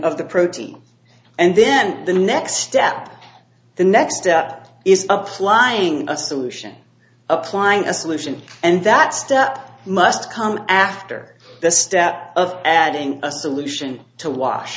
of the protein and then the next step the next step is applying a solution applying a solution and that step must come after the step of adding a solution to wash